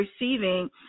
receiving